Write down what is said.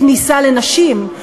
"אין כניסה לנשים",